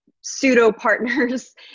pseudo-partners